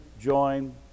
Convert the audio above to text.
join